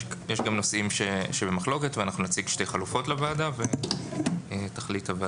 יש גם נושאים שבמחלוקת ואנחנו נציג לוועדה שתי חלופות והוועדה תחליט.